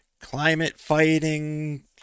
Climate-fighting